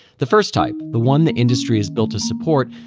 the first type, the one the industry is built to support,